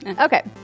Okay